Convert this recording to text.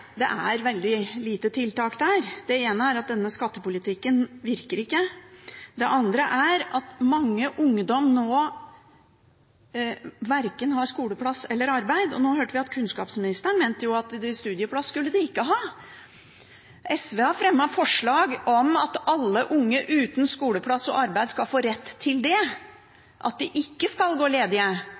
veldig lite tiltak der. Det ene er at denne skattepolitikken virker ikke. Det andre er at mange ungdommer nå har verken skoleplass eller arbeid, og nå hørte vi jo at kunnskapsministeren mente at studieplass skulle de ikke ha. SV har fremmet forslag om at alle unge uten skoleplass eller arbeid skal få rett til det, at de ikke skal gå ledige.